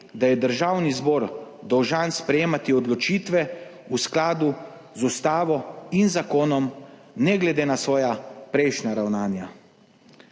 da je Državni zbor dolžan sprejemati odločitve v skladu z Ustavo in zakonom, ne glede na svoja prejšnja ravnanja.